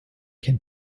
can